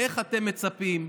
איך אתם מצפים,